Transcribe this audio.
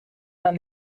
than